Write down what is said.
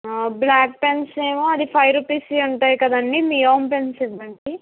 black pens ఏమో అది five రూపీస్వి ఉంటాయి కదండి మియావ్ పెన్స్ ఇవ్వండి